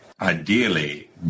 ideally